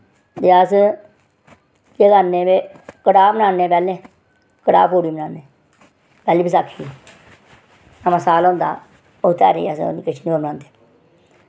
ते अस केह् करने वे कड़ाह् बनान्ने पैह्लें कड़ाह् पूरी बनान्ने पैह्ली बसाखी नमां साल होंदा ओह् तेहारें अस और निं किश निं होर बनांदे